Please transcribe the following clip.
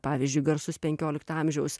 pavyzdžiui garsus penkiolikto amžiaus